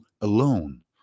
alone